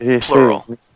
plural